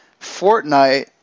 Fortnite